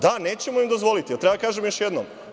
Da, nećemo im dozvoliti, da li treba kažem još jednom?